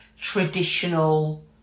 traditional